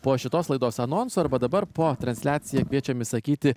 po šitos laidos anonso arba dabar po transliacija kviečiami išsakyti